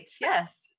Yes